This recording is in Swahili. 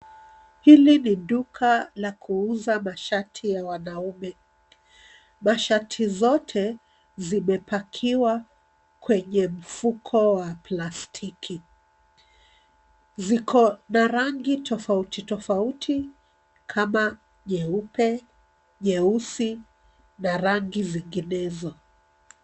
Hili ni duka la kuuza mashati ya wanaume. Mashati zote zimepakiwa kwenye mfuko wa plastiki. Ziko na rangi tofautitofauti kama nyeupe, nyeusi na rangi zinginezo.